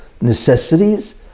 necessities